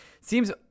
Seems